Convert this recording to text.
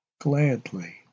gladly